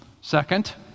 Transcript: Second